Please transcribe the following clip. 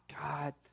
God